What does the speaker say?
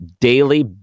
Daily